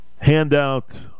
handout